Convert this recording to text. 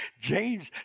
James